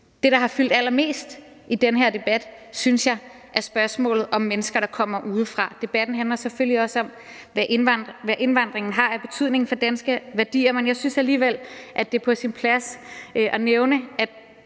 jeg synes har fyldt allermest i den her debat, har været spørgsmålet om mennesker, der kommer udefra. Debatten handler selvfølgelig også om, hvad indvandringen har af betydning for danske værdier, men jeg synes alligevel, at det er på sin plads at nævne,